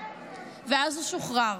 ואז הוא שוחרר.